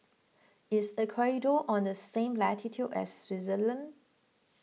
is Ecuador on the same latitude as Swaziland